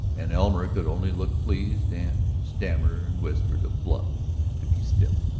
and elmer could only look pleased and stammer and whisper to fluff to be still.